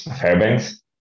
Fairbanks